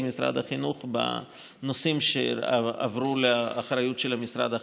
משרד החינוך בנושאים שעברו לאחריות של המשרד החדש.